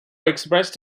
expressed